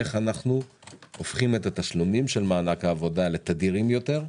איך אנו הופכים את התשלומים של מענק העבודה לתדירים יותר,